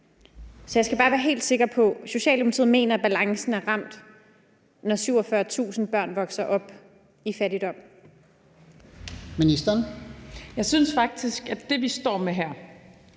Så jeg skal bare være helt sikker på, at Socialdemokratiet mener, at balancen er ramt, når 47.000 børn vokser op i fattigdom. Kl. 17:32 Fjerde næstformand